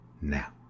now